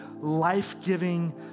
life-giving